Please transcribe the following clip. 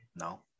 No